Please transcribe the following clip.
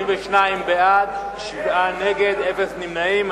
42 בעד, שבעה נגד, אין נמנעים.